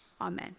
Amen